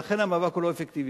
המאבק הוא לא אפקטיבי.